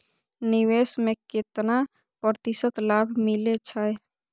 निवेश में केतना प्रतिशत लाभ मिले छै?